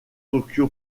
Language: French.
tokyo